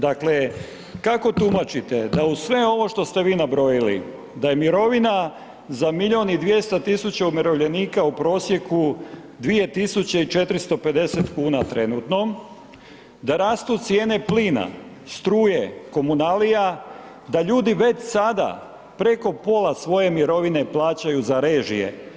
Dakle, kako tumačite da uz sve ovo što ste vi nabrojali, da je mirovina za milijun i 200 tisuća umirovljenika u prosjeku 2450 kuna trenutno, da rastu cijene plina, struje, komunalija, da ljudi već sada preko pola svoje mirovine plaćaju za režije.